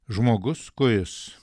žmogus kuris